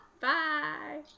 Bye